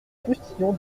postillon